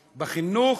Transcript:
בחינוך,